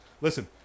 Listen